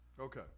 Okay